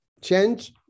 change